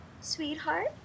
Sweetheart